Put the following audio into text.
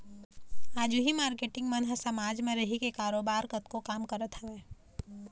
आज उही मारकेटिंग मन ह समाज म रहिके बरोबर कतको काम करत हवँय